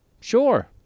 Sure